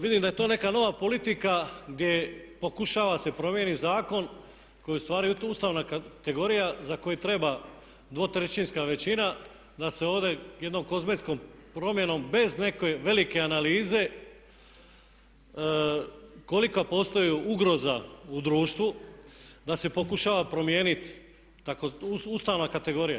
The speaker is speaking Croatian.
vidim da je to neka nova politika gdje pokušava da se promijeni zakon koji je zapravo ustavna kategorija za koju treba dvotrećinska većina da se ovdje jednom kozmetskom promjenom bez neke velike analize, kolika postoji ugroza u društvu da se pokušavam promijeniti ustavna kategorija.